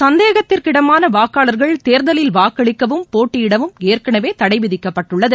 சந்தேகத்திற்கிடமான வாக்காளர்கள் தேர்தலில் வாக்களிக்கவும் போட்டியிடவும் ஏற்கனவே தடை விதிக்கப்பட்டுள்ளது